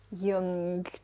young